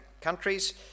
countries